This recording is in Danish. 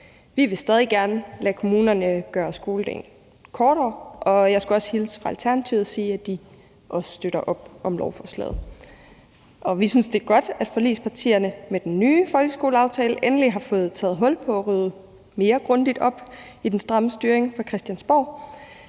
Vi vil stadig gerne lade kommunerne gøre skoledagen kortere, og jeg skulle også hilse fra Alternativet og sige, at de også støtter op om lovforslaget. Vi synes, det er godt, at forligspartierne med den nye folkeskoleaftale endelig har fået taget hul på at rydde mere grundigt op i den stramme styring fra Christiansborgs